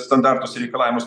standartus reikalavimus